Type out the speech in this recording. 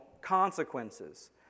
consequences